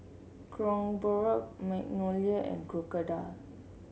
Kronenbourg Magnolia and Crocodile